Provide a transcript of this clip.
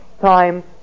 time